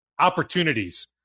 opportunities